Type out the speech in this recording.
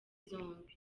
zombi